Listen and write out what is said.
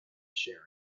sharing